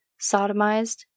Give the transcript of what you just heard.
sodomized